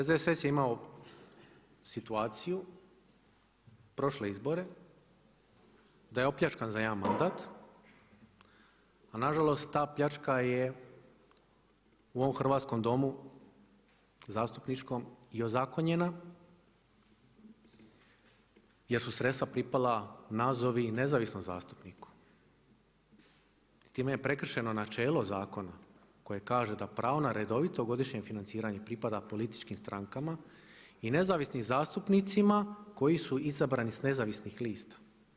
SDSS je imao situaciju prošle izbore da je opljačkan za jedan mandat a nažalost ta pljačka je u ovom hrvatskom domu, zastupničkom i ozakonjena jer su sredstva pripala nazovi nezavisnom zastupniku i time je prekršeno načelo zakona koje kaže da pravo na redovito godišnje financiranje pripada političkim strankama i nezavisnim zastupnicima koji su izabrani s nezavisnih lista.